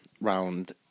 round